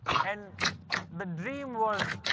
and the dream was